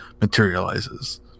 materializes